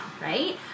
right